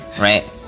right